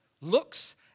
looks